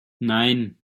nein